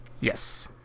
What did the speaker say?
Yes